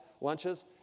lunches